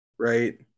right